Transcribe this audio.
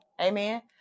Amen